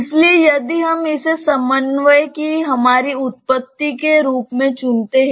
इसलिए यदि हम इसे समन्वय की हमारी उत्पत्ति के रूप में चुनते हैं